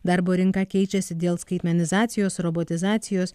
darbo rinka keičiasi dėl skaitmenizacijos robotizacijos